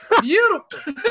Beautiful